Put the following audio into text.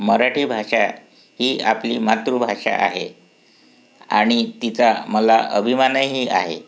मराठी भाषा ही आपली मातृभाषा आहे आणि तिचा मला अभिमानही आहे